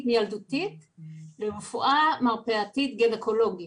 מיילדותית ולרפואה מרפאתית גניקולוגית.